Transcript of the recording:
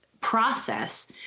Process